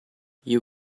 you